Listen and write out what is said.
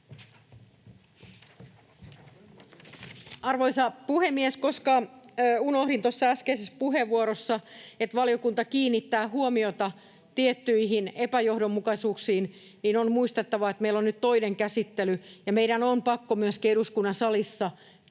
Arvoisa puhemies! Koska unohdin tuossa äskeisessä puheenvuorossa, että valiokunta kiinnittää huomiota tiettyihin epäjohdonmukaisuuksiin, niin on muistettava, että meillä on nyt toinen käsittely ja meidän on pakko myöskin eduskunnan salissa kaikki